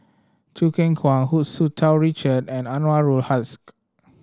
Choo Keng Kwang Hu Tsu Tau Richard and Anwarul Haque